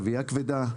רבייה כבדה,